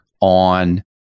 on